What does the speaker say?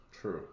True